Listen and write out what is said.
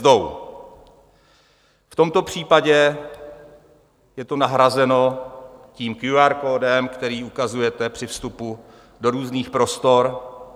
V tomto případě je to nahrazeno tím QR kódem, který ukazujete při vstupu do různých prostor.